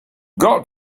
got